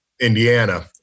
Indiana